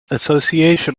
association